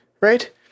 right